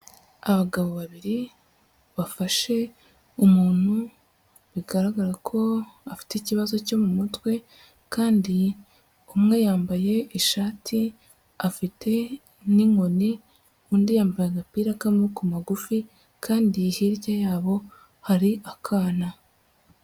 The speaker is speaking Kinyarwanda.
Abagabo babiri bafashe umuntu bigaragara ko afite ikibazo cyo mu mutwe kandi umwe yambaye ishati afite n'inkoni undi yambaye agapira kamwe kamaboko magufi kandi hirya yabo hari akana.